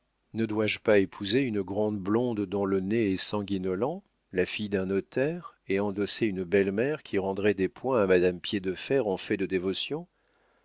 ne dois-je pas épouser une grande blonde dont le nez est sanguinolent la fille d'un notaire et endosser une belle-mère qui rendrait des points à madame piédefer en fait de dévotion